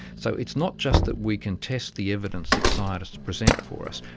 so it's not just that we can test the evidence that scientists present for us,